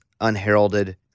unheralded